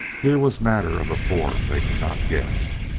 here was matter of a form they could not guess.